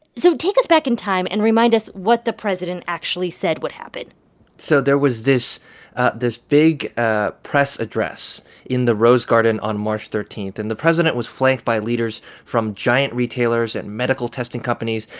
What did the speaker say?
so take us back in time, and remind us what the president actually said would happen so there was this this big ah press address in the rose garden on march thirteen, and the president was flanked by leaders from giant retailers and medical testing companies.